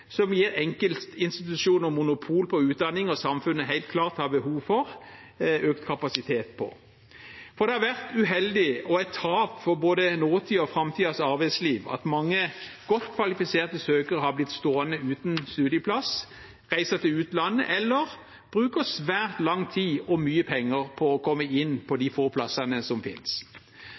som gir enkeltinstitusjoner monopol på utdanninger samfunnet helt klart har behov for økt kapasitet på. Det har vært uheldig og et tap for både nåtidens og framtidens arbeidsliv at mange godt kvalifiserte søkere har blitt stående uten studieplass, reiser til utlandet eller bruker svært lang tid og mye penger på å komme inn på de få plassene som finnes.